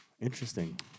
Interesting